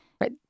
Right